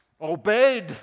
obeyed